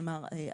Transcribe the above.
כלומר,